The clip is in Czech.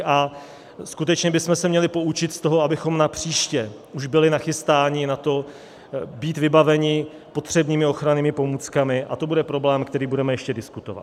A skutečně bychom se měli poučit z toho, abychom napříště už byli nachystáni na to být vybaveni potřebnými ochrannými pomůckami, a to bude problém, který budeme ještě diskutovat.